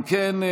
אם כן,